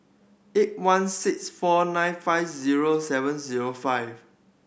eight one six four nine five zero seven zero five